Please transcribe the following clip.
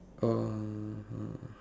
(uh huh)